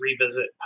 revisit